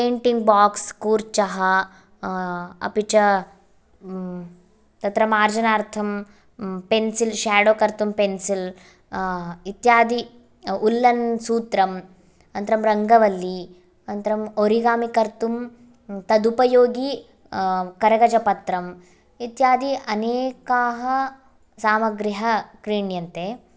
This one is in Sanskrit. पेण्टिङ्ग् बोक्स् कूर्चः अपि च तत्र मार्जनार्थं पेन्सिल् शेडो कर्तुं पेन्सिल् इत्यादि उल्लन् सूत्रम् अनन्तरं रङ्गवल्ली अनन्तरं ओरिगामि कर्तुं तदुपयोगी करगजपत्रं इत्यादि अनेका सामग्र्य क्रीण्यन्ते